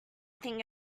thing